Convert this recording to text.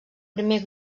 primer